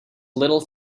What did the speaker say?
little